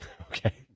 Okay